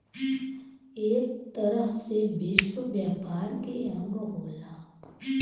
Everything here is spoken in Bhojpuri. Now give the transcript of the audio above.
एक तरह से विश्व व्यापार के अंग होला